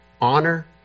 honor